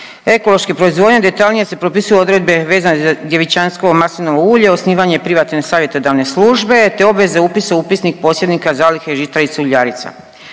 ekološke proizvodnje, detaljnije se propisuju odredbe vezane za djevičansko maslinovo ulje, osnivanje privatne savjetodavne službe, te obveze upisa u upisnik posjednika zalihe žitarica i uljarica.